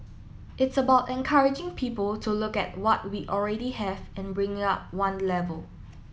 it's about encouraging people to look at what we already have and bringing up one level